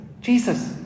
Jesus